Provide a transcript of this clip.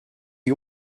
you